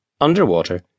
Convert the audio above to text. underwater